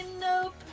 nope